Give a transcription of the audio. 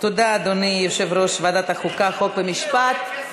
תודה, אדוני, יושב-ראש ועדת החוקה, חוק ומשפט.